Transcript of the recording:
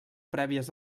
prèvies